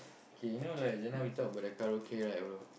K you know like just now we talk about the karaoke right